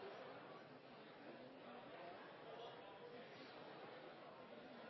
representantene